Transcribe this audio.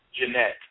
Jeanette